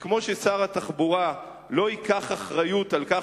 שכמו ששר התחבורה לא ייקח אחריות לכך